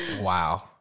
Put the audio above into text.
Wow